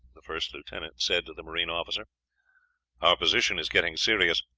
the first lieutenant said to the marine officer our position is getting serious.